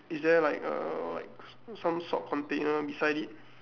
is there like a like some salt container beside it